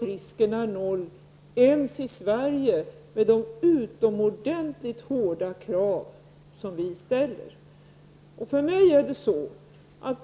Risken är dock inte noll, ens i Sverige, med de utomordentligt hårda krav som vi ställer.